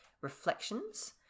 reflections